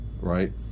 right